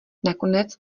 nakonec